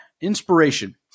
Inspiration